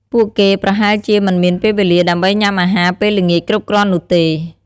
ពួកគេប្រហែលជាមិនមានពេលវេលាដើម្បីញ៉ាំអាហារពេលល្ងាចគ្រប់គ្រាន់នោះទេ។